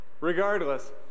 Regardless